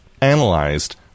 analyzed